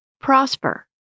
prosper